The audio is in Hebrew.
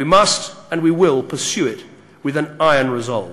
ברצוני לומר דבר-מה על כל אחד מאלה.